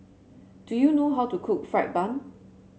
do you know how to cook fried bun